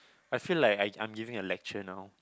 I feel like I I'm giving a lecture now